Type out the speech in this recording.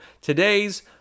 today's